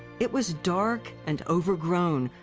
it was dark and overgrown.